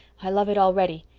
i love it already.